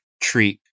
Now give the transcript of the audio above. treat